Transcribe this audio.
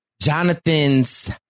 Jonathan's